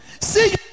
See